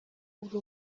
uri